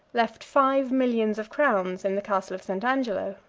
left five millions of crowns in the castle of st. angelo.